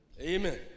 Amen